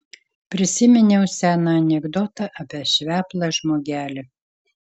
prisiminiau seną anekdotą apie šveplą žmogelį